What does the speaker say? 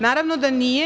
Naravno da nije.